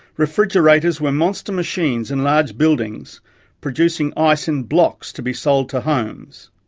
refrigerators were monster machines in large buildings producing ice in blocks to be sold to homes.